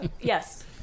Yes